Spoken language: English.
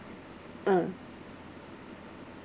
hmm